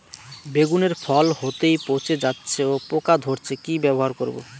বেগুনের ফল হতেই পচে যাচ্ছে ও পোকা ধরছে কি ব্যবহার করব?